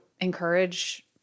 encourage